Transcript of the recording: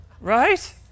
Right